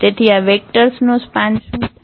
તેથી આ વેક્ટર્સ નો સ્પાન શું થાય